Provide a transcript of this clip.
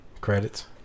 credits